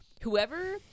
whoever